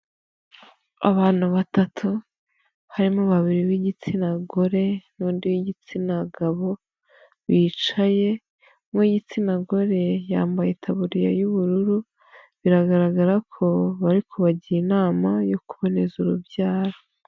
Abantu batatu harimo babiri b'igitsina gore n'undi w'igitsina gabo bicaye uw'igitsina gore yambaye iyaburiya y'ubururu biragaragara ko bari kubagira inama yo kuboneza urubyaro.